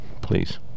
please